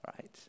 right